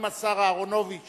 אם השר אהרונוביץ